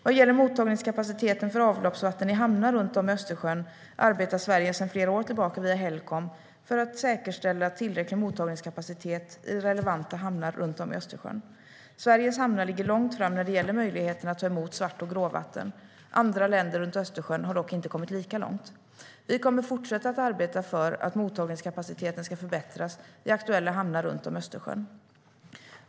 Vad gäller mottagningskapaciteten för avloppsvatten i hamnar runt om i Östersjön arbetar Sverige sedan flera år tillbaka via Helcom för att säkerställa tillräcklig mottagningskapacitet i relevanta hamnar runt om i Östersjön. Sveriges hamnar ligger långt fram när det gäller möjligheterna att ta emot svart och gråvatten, andra länder runt Östersjön har dock inte kommit lika långt. Vi kommer att fortsätta att arbeta för att mottagningskapaciteten ska förbättras i aktuella hamnar runt om i Östersjön.